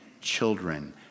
children